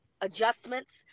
adjustments